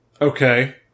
Okay